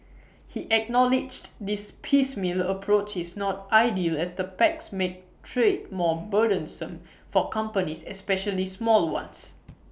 he acknowledged this piecemeal approach is not ideal as the pacts make trade more burdensome for companies especially small ones